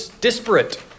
disparate